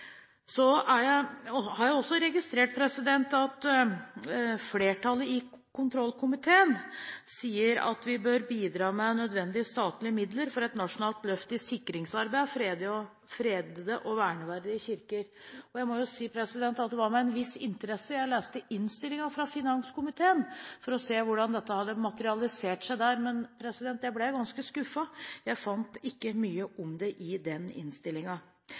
Så har jeg også registrert at flertallet i kontrollkomiteen sier at vi bør «bidra med nødvendige statlige midler for et nasjonalt løft i sikringsarbeidet av fredede og verneverdige kirker». Jeg må si at det var med en viss interesse jeg leste innstillingen fra finanskomiteen, for å se hvordan dette hadde materialisert seg der, men jeg ble ganske skuffet. Jeg fant ikke mye om det i den